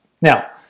Now